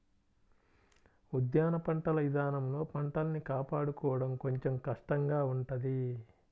ఉద్యాన పంటల ఇదానంలో పంటల్ని కాపాడుకోడం కొంచెం కష్టంగా ఉంటది